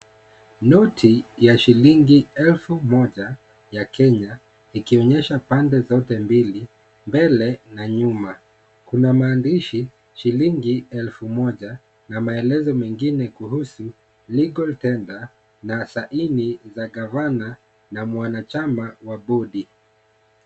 Noti ya shilingi elfu moja ya Kenya, ikionyesha pande zote mbili, mbele na nyuma. Kuna maandishi shilingi elfu moja na melezo mengine kuhusu Legal tender na saini ya gavana na mwanachama wa bodi.